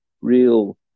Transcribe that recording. real